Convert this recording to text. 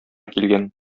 килгән